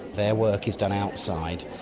their work is done outside.